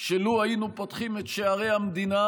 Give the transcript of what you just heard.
שלו היינו פותחים את שערי המדינה,